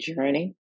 journey